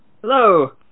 Hello